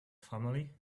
family